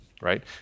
right